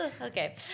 Okay